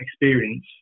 experience